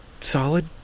solid